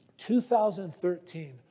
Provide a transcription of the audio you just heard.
2013